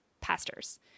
pastors